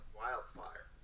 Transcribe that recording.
wildfire